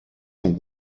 son